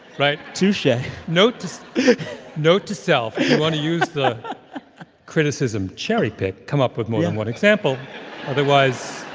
right? touche yeah note to note to self, if you want to use the criticism cherry-pick, come up with more than one example otherwise.